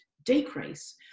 decrease